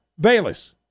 Bayless